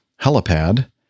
helipad